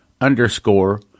underscore